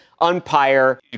umpire